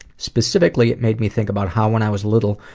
specifically, it made me think about how, when i was little,